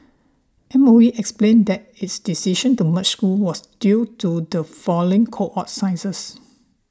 M O E explained that its decision to merge school was due to the falling cohort sciences